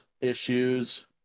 issues